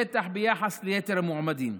בטח ביחס ליתר המועמדים.